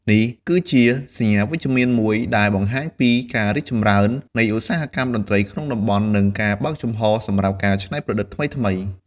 នេះគឺជាសញ្ញាណវិជ្ជមានមួយដែលបង្ហាញពីការរីកចម្រើននៃឧស្សាហកម្មតន្ត្រីក្នុងតំបន់ និងការបើកចំហរសម្រាប់ការច្នៃប្រឌិតថ្មីៗ។